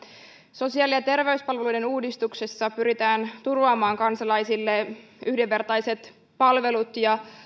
sosiaali ja terveyspalveluiden uudistuksessa pyritään turvaamaan kansalaisille yhdenvertaiset palvelut ja